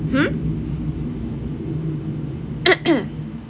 um